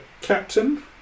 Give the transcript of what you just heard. captain